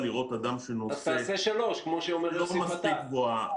אז תעשה שלוש בדיקות, כמו שאומר יוסי פתאל.